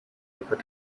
able